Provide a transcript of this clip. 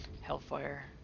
hellfire